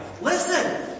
Listen